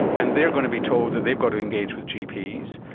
and they're going to be told that they've got to engage with gps,